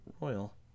Royal